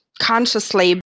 consciously